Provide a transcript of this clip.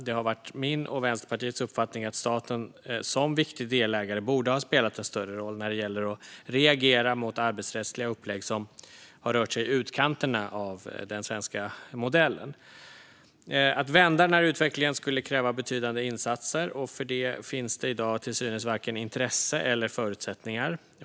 Det har varit min och Vänsterpartiets uppfattning att staten som viktig delägare borde ha spelat en större roll när det gäller att reagera mot arbetsrättsliga upplägg som har rört sig i utkanterna av den svenska modellen. Att vända den här utvecklingen skulle kräva betydande insatser. För detta finns det i dag till synes varken intresse eller förutsättningar.